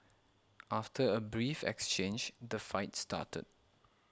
after a brief exchange the fight started